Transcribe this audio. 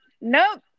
nope